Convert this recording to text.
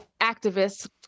activists